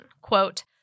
quote